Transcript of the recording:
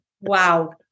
Wow